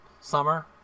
summer